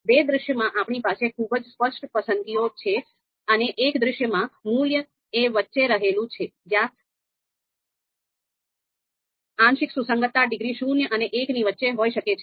બે દૃશ્યોમાં આપણી પાસે ખૂબ જ સ્પષ્ટ પસંદગીઓ છે અને એક દૃશ્યમાં મૂલ્ય એ વચ્ચે રહેલું છે જ્યાં આંશિક સુસંગતતા ડિગ્રી શૂન્ય અને એકની વચ્ચે હોઈ શકે છે